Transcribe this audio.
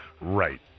right